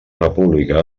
república